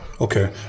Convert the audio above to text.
Okay